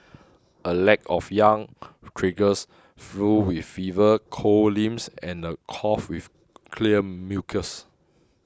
a lack of yang triggers flu with fever cold limbs and a cough with clear mucus